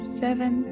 seven